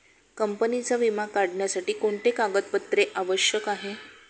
कंपनीचा विमा काढण्यासाठी कोणते कागदपत्रे आवश्यक आहे?